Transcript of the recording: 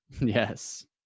Yes